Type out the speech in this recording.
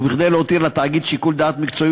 וכדי להותיר לתאגיד שיקול דעת מקצועי